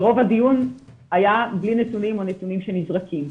ורוב הדיון היה בלי נתונים, או נתונים שנזרקים.